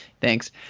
Thanks